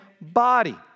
body